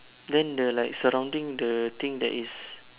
then the like surrounding the thing that is